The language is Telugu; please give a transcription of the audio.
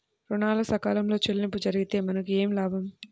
ఋణాలు సకాలంలో చెల్లింపు జరిగితే మనకు ఏమి లాభం?